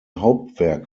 hauptwerk